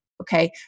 Okay